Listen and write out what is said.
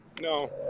no